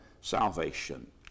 salvation